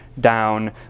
down